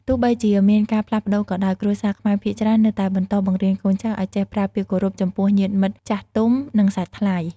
ទោះបីជាមានការផ្លាស់ប្ដូរក៏ដោយ គ្រួសារខ្មែរភាគច្រើននៅតែបន្តបង្រៀនកូនចៅឱ្យចេះប្រើពាក្យគោរពចំពោះញាតិមិត្តចាស់ទុំ និងសាច់ថ្លៃ។